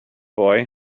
boy